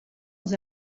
els